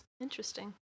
Interesting